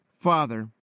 father